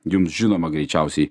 jums žinoma greičiausiai